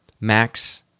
max